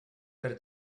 per